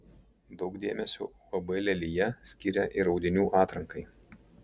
daug dėmesio uab lelija skiria ir audinių atrankai